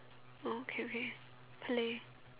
oh okay okay play